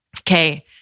Okay